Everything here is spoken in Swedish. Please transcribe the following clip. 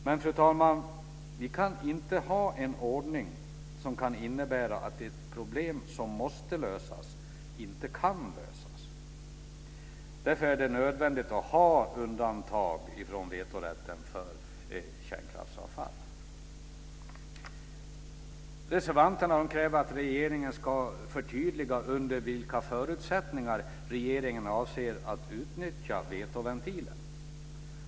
Men, fru talman, vi kan inte ha en ordning som kan innebära att ett problem som måste lösas inte kan lösas. Därför är det nödvändigt att ha undantag från vetorätten för kärnkraftsavfall. Reservanterna kräver att regeringen ska förtydliga under vilka förutsättningar regeringen avser att utnyttja vetoventilen.